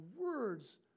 words